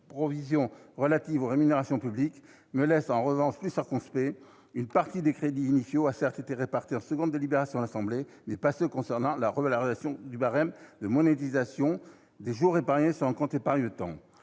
Provision relative aux rémunérations publiques » me laissent en revanche plus circonspect. Une partie des crédits initiaux ont certes été répartis en seconde délibération à l'Assemblée nationale, mais pas ceux concernant la revalorisation du barème de monétisation des jours épargnés sur un compte épargne-temps.